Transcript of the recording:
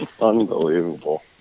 Unbelievable